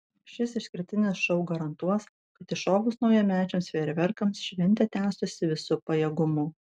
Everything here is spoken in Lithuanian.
šis išskirtinis šou garantuos kad iššovus naujamečiams fejerverkams šventė tęstųsi visu pajėgumu